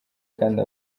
kandi